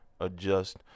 adjust